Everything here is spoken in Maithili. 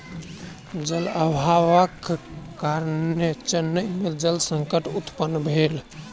जल अभावक कारणेँ चेन्नई में जल संकट उत्पन्न भ गेल